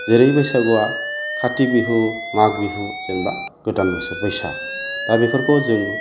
जेरै बैसागुआ कार्तिक बिहु माग बिहु जेन'बा गोदान बोसोर बैसाग दा बेफोरखौ जों